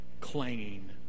clanging